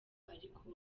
ariko